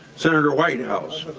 senator whitehouse.